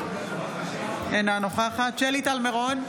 אינה נוכחת שלי טל מירון,